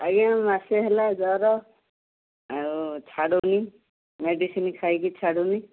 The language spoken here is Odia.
ଆଜ୍ଞା ମାସେହେଲା ଜର ଆଉ ଛାଡ଼ୁନି ମେଡ଼ିସିନ୍ ଖାଇକି ଛାଡ଼ୁନି